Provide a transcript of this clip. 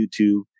YouTube